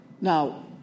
Now